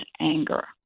anger